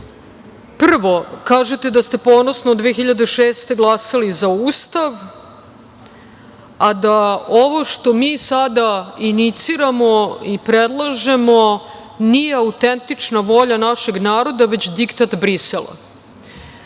stoje. Prvo, kažete da ste ponosno 2006. godine glasali za Ustav, a da ovo što mi sada iniciramo i predlažemo nije autentična volja našeg naroda već diktat Brisela.